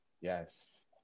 yes